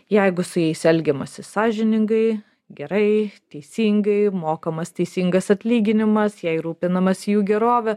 jeigu su jais elgiamasi sąžiningai gerai teisingai mokamas teisingas atlyginimas jei rūpinamasi jų gerove